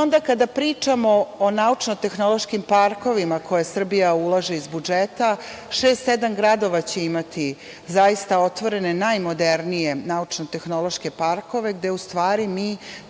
Onda kada pričamo o naučnotehnološkim parkovima u koje Srbija ulaže iz budžeta, šest, sedam gradova će imati zaista otvorene najmodernije naučnotehnološke parkove, gde u stvari mi